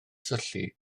syllu